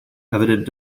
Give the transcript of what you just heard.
evident